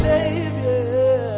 Savior